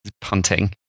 punting